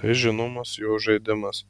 tai žinomas jo žaidimas